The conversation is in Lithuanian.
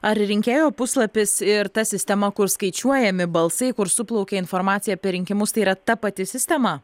ar rinkėjo puslapis ir ta sistema kur skaičiuojami balsai kur suplaukia informacija per rinkimus tai yra ta pati sistema